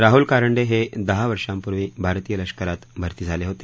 राहल कारंडे हे दहा वर्षापूर्वी भारतीय लष्करात भरती झाले होते